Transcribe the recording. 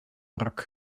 wrak